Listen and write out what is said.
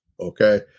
Okay